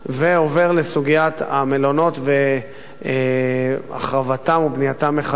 ועובר לסוגיית המלונות והחרבתם ובנייתם מחדש,